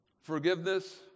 forgiveness